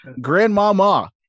Grandmama